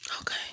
Okay